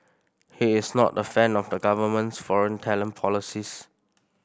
he is not a fan of the government's foreign talent policies